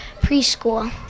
preschool